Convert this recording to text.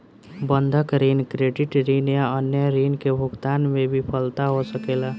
बंधक ऋण, क्रेडिट ऋण या अन्य ऋण के भुगतान में विफलता हो सकेला